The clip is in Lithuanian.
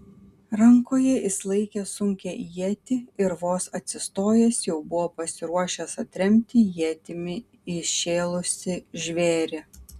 rankoje jis laikė sunkią ietį ir vos atsistojęs jau buvo pasiruošęs atremti ietimi įšėlusį žvėrį